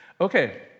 Okay